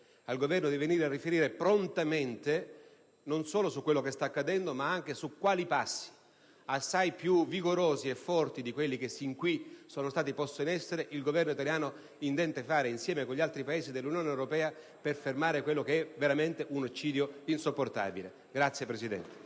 al Governo di venire a riferire prontamente non solo su quello che sta accadendo, ma anche su quali passi, assai più vigorosi e forti di quelli sin qui posti in essere, il Governo italiano intende fare, insieme agli altri Paesi dell'Unione europea, per fermare questo eccidio insopportabile. *(Applausi